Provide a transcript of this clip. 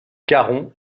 caron